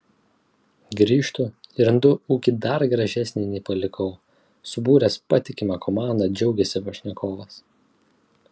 grįžtu ir randu ūkį dar gražesnį nei palikau subūręs patikimą komandą džiaugiasi pašnekovas